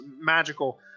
magical